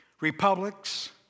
republics